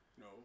No